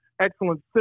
excellent